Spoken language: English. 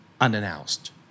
unannounced